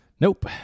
nope